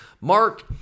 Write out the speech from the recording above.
Mark